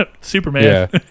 Superman